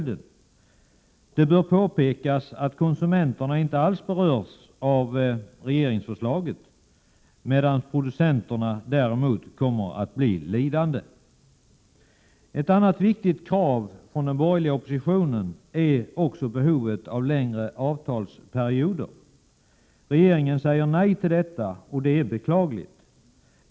Det bör påpekas att konsumenterna inte alls berörs av regeringsförslaget, medan däremot producenterna kommer att bli lidande. Ett annat viktigt krav från den borgerliga oppositionen är att tillgodose behovet av längre avtalsperioder. Regeringen säger nej till detta, och det är beklagligt.